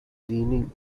leaning